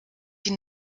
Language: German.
die